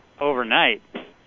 Overnight